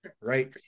right